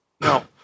No